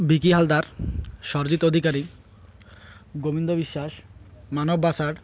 Vicky Haldar Sarjit Adhikari Gobinda Biswas Manab Basar